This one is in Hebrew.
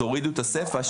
תורידו את הסיפא,